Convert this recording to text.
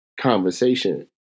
conversation